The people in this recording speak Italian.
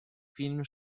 film